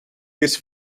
his